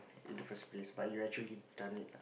in the first place but you actually done it